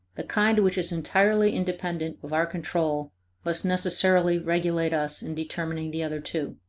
the kind which is entirely independent of our control must necessarily regulate us in determining the other two.